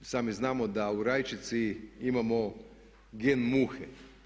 Sami znamo da u rajčici imamo gen muhe.